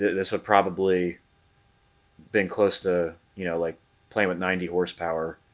this would probably been close to you know, like playing with ninety horsepower,